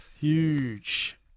Huge